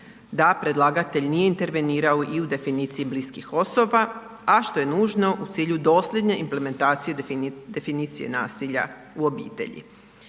da predlagatelj nije intervenirao i definiciji bliskih osoba, a što je nužno u cilju dosljedne implementacije definicije nasilja u obitelji.